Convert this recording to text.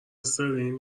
سرین